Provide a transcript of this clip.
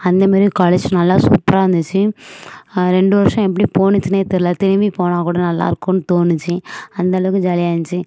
அந்த மாரி காலேஜ் நல்ல சூப்பராக இருந்துச்சு ரெண்டு வருஷம் எப்படி போணுச்சுனே தெரில திரும்பி போனால் கூட நல்லா இருக்குன்னு தோணுச்சு அந்தளவுக்கு ஜாலியாக இருந்துச்சு